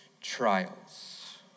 trials